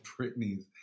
britney's